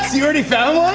you already found one?